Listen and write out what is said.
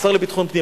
השר לביטחון פנים,